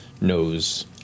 knows